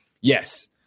yes